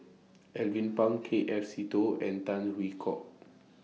Alvin Pang K F Seetoh and Tan Hwee Hock